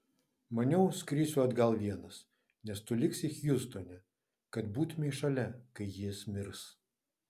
maniau skrisiu atgal vienas nes tu liksi hjustone kad būtumei šalia kai jis mirs